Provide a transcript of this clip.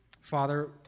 Father